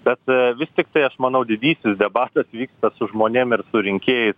bet vis tiktai aš manau didysis debatas vyksta su žmonėm ir surinkėjais